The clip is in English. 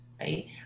right